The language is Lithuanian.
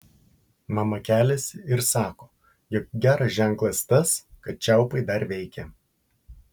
mama keliasi ir sako jog geras ženklas tas kad čiaupai dar veikia